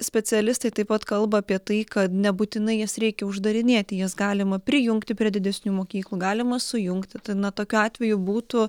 specialistai taip pat kalba apie tai kad nebūtinai jas reikia uždarinėti jas galima prijungti prie didesnių mokyklų galima sujungti na tokiu atveju būtų